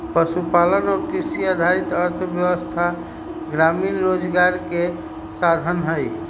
पशुपालन और कृषि आधारित अर्थव्यवस्था ग्रामीण रोजगार के साधन हई